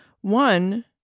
one